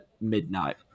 midnight